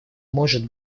может